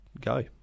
go